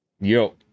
Yo